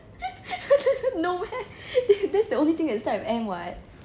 no meh that's the only thing that starts with M [what]